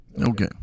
Okay